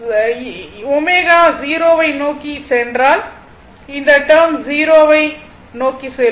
ω 0 வை நோக்கி சென்றால் இந்த டேர்ம் 0 வை நோக்கி செல்லும்